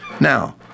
Now